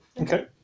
Okay